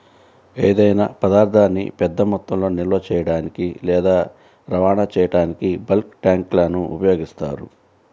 ఏదైనా పదార్థాన్ని పెద్ద మొత్తంలో నిల్వ చేయడానికి లేదా రవాణా చేయడానికి బల్క్ ట్యాంక్లను ఉపయోగిస్తారు